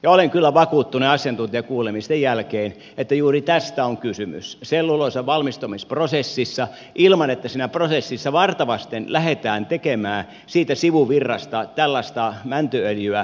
ja olen kyllä vakuuttunut asiantuntijakuulemisten jälkeen että juuri tästä on kysymys selluloosan valmistamisprosessissa ilman että siinä prosessissa varta vasten lähdetään tekemään siitä sivuvirrasta tällaista mäntyöljyä